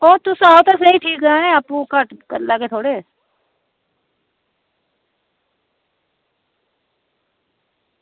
ओह् तुस आओ ते स्हेई ठीक करानै ई आपूं घट्ट करी लैगे थोह्ड़े